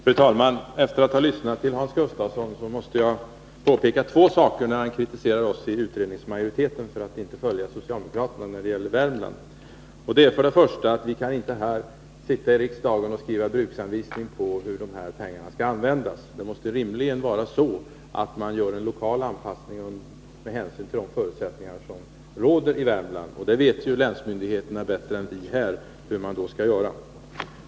Fru talman! Eftersom Hans Gustafsson kritiserar oss i utskottsmajoriteten för att inte följa socialdemokraterna när det gäller Värmland, måste jag påpeka två saker. För det första kan vi inte sitta här i riksdagen och skriva en bruksanvisning för hur pengarna skall användas. Det måste rimligen göras en lokal anpassning med hänsyn till de förutsättningar som råder i Värmland, och länsmyndigheterna vet ju bättre än vi hur man då skall göra.